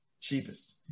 cheapest